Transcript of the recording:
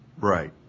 Right